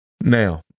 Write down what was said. Now